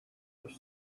have